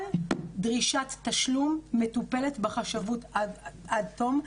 כל דרישת תשלום מטופלת בחשבות עד תום.